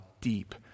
deep